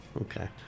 Okay